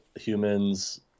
humans